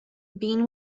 being